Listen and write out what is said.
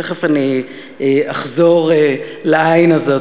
תכף אני אחזור לעין הזאת,